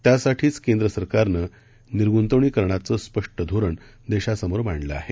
त्यासाठीच केंद्र सरकारनं निर्गुंतवणुकीकरणाचं स्पष्ट धोरण देशासमोर मांडलं आहे